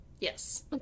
Yes